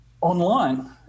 online